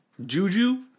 Juju